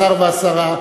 השר והשרה,